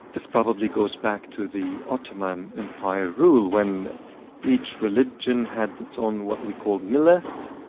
this probably goes back to the ottoman empire rule when each religion had its own what we call, millet,